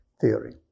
theory